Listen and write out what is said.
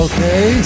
Okay